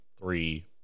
three